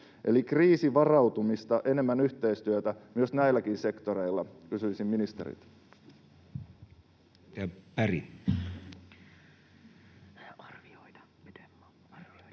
Eli kriisivarautumista, enemmän yhteistyötä myös näilläkin sektoreilla, kysyisin ministeriltä. [Speech 15] Speaker: